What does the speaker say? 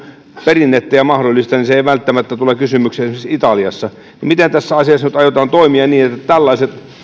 perinnettä ja mahdollista ei välttämättä tule kysymykseen esimerkiksi italiassa niin miten tässä asiassa nyt aiotaan toimia niin että tällaiset